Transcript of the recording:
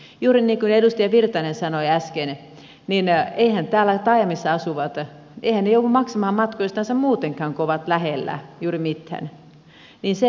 juuri niin kuin edustaja virtanen sanoi äsken niin eiväthän täällä taajamissa asuvat joudu maksamaan matkoistansa muutenkaan kun ovat lähellä juuri mitään